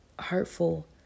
hurtful